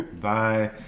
Bye